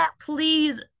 please